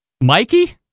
Mikey